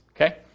Okay